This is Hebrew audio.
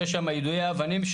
שיש שם יידויי אבנים,